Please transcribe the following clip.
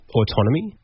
autonomy